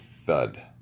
THUD